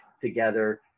together